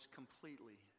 completely